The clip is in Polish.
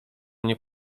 nie